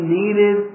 needed